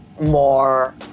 more